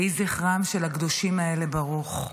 יהי זכרם של הקדושים האלה ברוך.